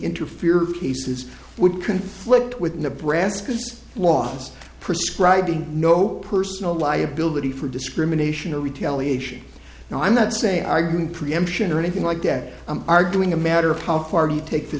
interfere pieces would conflict with nebraska's laws prescribing no personal liability for discrimination or retaliation and i'm not saying arguing preemption or anything like that i'm arguing a matter of how far do you take